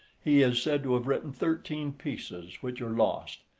he is said to have written thirteen pieces which are lost,